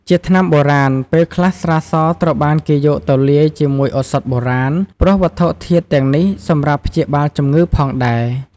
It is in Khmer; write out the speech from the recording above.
ជាថ្នាំបុរាណ ពេលខ្លះ ស្រាសត្រូវបានគេយកទៅលាយជាមួយឱសថបុរាណ ព្រោះវត្ថុធាតុទាំងនេះសម្រាប់ព្យាបាលជម្ងឺផងដែរ។